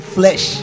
flesh